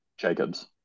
Jacobs